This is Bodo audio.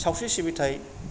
सावस्रि सिबिथाय